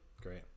great